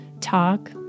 talk